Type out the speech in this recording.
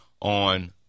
on